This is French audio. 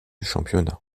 championnat